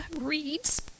Reads